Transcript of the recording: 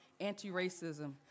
anti-racism